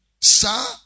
Sa